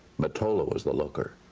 mottola was the looker.